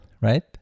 right